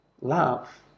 love